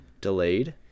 delayed